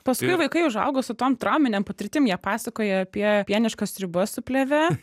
paskui vaikai užauga su tom trauminėm patirtim jie pasakoja apie pieniškas sriubas su plėve